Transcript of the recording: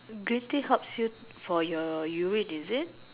gluten helps you for your urine is it